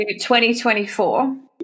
2024